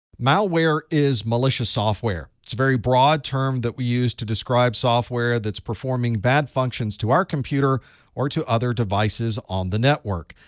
malware is malicious software. it's a very broad term that we use to describe software that's performing bad functions to our computer or to other devices on the network.